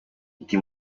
ndi